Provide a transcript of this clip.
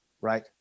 Right